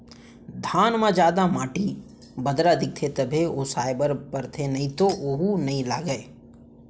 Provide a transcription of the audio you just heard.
धान म जादा माटी, बदरा दिखही तभे ओसाए बर परथे नइ तो वोहू नइ लागय